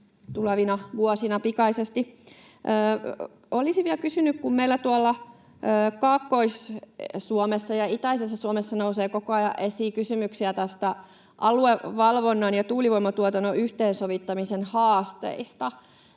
tulevina vuosina pikaisesti. Olisin vielä kysynyt, kun meillä tuolla Kaakkois-Suomessa ja itäisessä Suomessa nousee koko ajan esiin kysymyksiä aluevalvonnan ja tuulivoimatuotannon yhteensovittamisen haasteista: